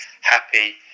Happy